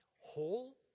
whole